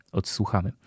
odsłuchamy